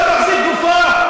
תתביישו לכם.